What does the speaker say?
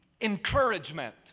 encouragement